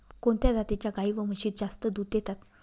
कोणत्या जातीच्या गाई व म्हशी जास्त दूध देतात?